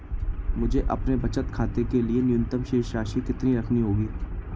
मुझे अपने बचत खाते के लिए न्यूनतम शेष राशि कितनी रखनी होगी?